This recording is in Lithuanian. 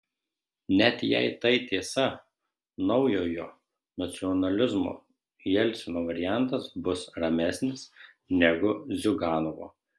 net jei tai tiesa naujojo nacionalizmo jelcino variantas bus ramesnis negu ziuganovo